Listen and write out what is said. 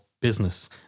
business